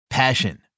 Passion